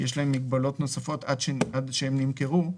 יש להן מגבלות נוספות עד שהן נמכרו.